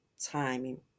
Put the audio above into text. timing